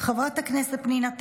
חברת הכנסת פנינה תמנו,